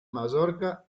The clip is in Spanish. mallorca